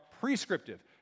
prescriptive